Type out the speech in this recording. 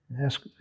ask